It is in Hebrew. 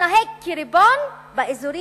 מתנהג כריבון באזורים